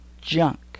junk